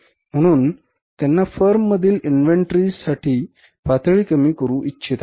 म्हणून त्यांना फर्ममधील इन्व्हेंटरीची पातळी कमी करू इच्छित आहे